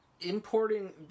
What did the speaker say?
importing